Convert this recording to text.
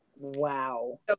wow